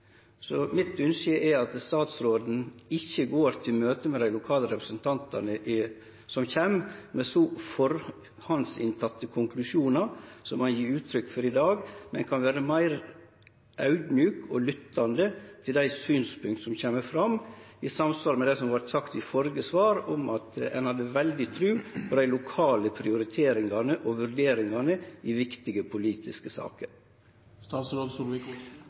Så mitt ynske er at statsråden ikkje går til møte med dei lokale representantane som kjem, med konklusjonar han har trekt på førehand, som han gjev uttrykk for i dag, men at han kan vere meir audmjuk og lyttande til dei synspunkta som kjem fram, i samsvar med det som vart sagt i førre svar om at ein hadde veldig tru på dei lokale prioriteringane og vurderingane i viktige politiske